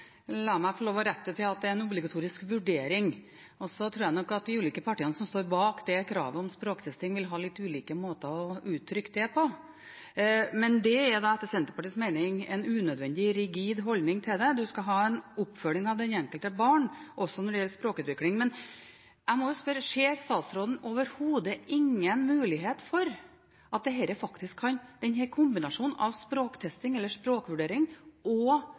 La meg få lov til å rette det til at det er en obligatorisk vurdering, og så tror jeg nok at de ulike partiene som står bak det kravet om språktesting, vil ha litt ulike måter å uttrykke det på. Det er etter Senterpartiets mening en unødvendig rigid holdning til det, en skal ha en oppfølging av det enkelte barn også når det gjelder språkutvikling. Men jeg må spørre: Ser statsråden overhodet ingen mulighet for at denne kombinasjonen av språktesting, eller språkvurdering, og utsatt skolestart kan